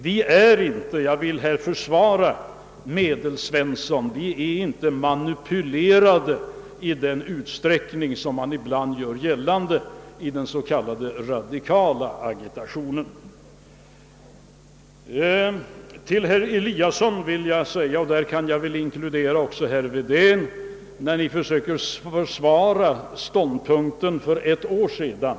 Vi är inte — jag vill här försvara Medelsvensson -— manipulerade i den utsträckning som man ibland gör gällande i den s.k. radikala agitationen. Herr Eliasson i Sundborn — och jag kan inkludera även herr Wedén — försökte försvara ståndpunkten för ett år sedan.